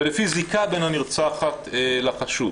ולפי זיקה בין הנרצחת לחשוד,